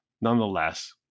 Nonetheless